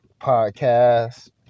podcast